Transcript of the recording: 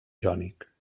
jònic